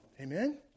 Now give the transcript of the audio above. Amen